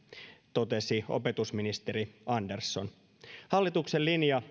totesi opetusministeri andersson hallituksen linja